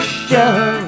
show